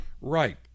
Right